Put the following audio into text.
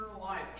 life